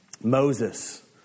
Moses